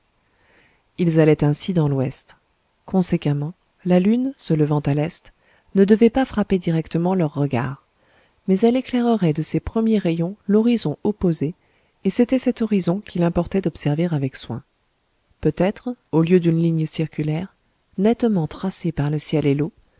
ils allaient ainsi dans l'ouest conséquemment la lune se levant à l'est ne devait pas frapper directement leurs regards mais elle éclairerait de ses premiers rayons l'horizon opposé et c'était cet horizon qu'il importait d'observer avec soin peutêtre au lieu d'une ligne circulaire nettement tracée par le ciel et l'eau